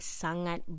sangat